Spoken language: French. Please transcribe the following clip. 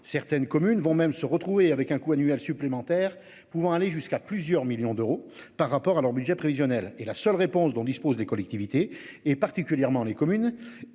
Certaines communes vont même se retrouver avec un coût annuel supplémentaire pouvant aller jusqu'à plusieurs millions d'euros par rapport à leur budget prévisionnel et la seule réponse dont disposent les collectivités et particulièrement les communes